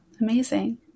Amazing